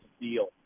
deal